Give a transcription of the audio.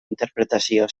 interpretazio